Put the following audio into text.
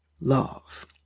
love